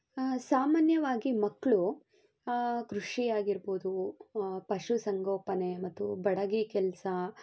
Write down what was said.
ಸಾಮಾನ್ಯವಾಗಿ ಮಕ್ಕಳು ಕೃಷಿಯಾಗಿರ್ಬೋದು ಪಶುಸಂಗೋಪನೆ ಮತ್ತು ಬಡಗಿ ಕೆಲಸ